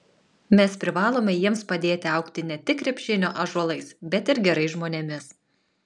mes privalome jiems padėti augti ne tik krepšinio ąžuolais bet ir gerais žmonėmis